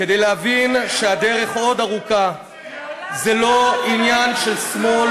לא לחץ על ההדק איש שמאל.